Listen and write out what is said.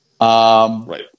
Right